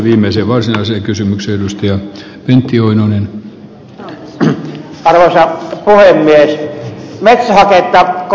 metsähaketta korvataan nyt kivihiilellä ja turpeella otsikoi eräs sanomalehti alkuviikolla